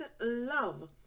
love